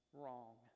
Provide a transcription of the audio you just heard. wrong